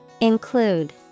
Include